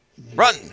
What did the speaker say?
Run